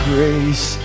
Grace